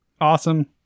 awesome